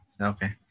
Okay